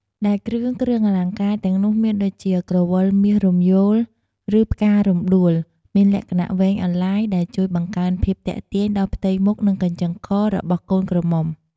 ដែលគ្រឿង គ្រឿងអលង្ការទាំងនោះមានដូចជា ក្រវិលមាសរំយោល ឬផ្ការំដួល មានលក្ខណៈវែងអន្លាយ ដែលជួយបង្កើនភាពទាក់ទាញដល់ផ្ទៃមុខ និងកញ្ចឹងករបស់កូនក្រមុំ។